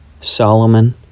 Solomon